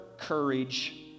courage